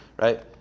right